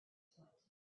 foot